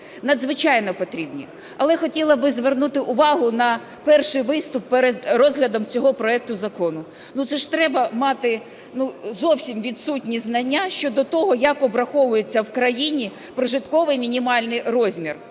надзвичайно потрібні. Але хотіла би звернути увагу на перший виступ перед розглядом цього проекту закону. Ну це ж треба мати зовсім відсутні знання щодо того, як обраховується в країні прожитковий мінімальний розмір.